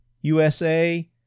USA